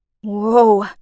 Whoa